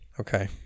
Okay